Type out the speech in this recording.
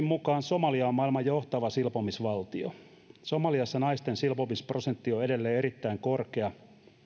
mukaan somalia on maailman johtava silpomisvaltio somaliassa naisten silpomisprosentti on edelleen erittäin korkea